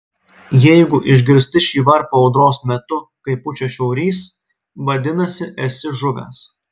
jeigu išgirsti šį varpą audros metu kai pučia šiaurys vadinasi esi žuvęs